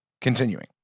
continuing